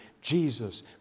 Jesus